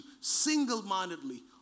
single-mindedly